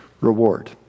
reward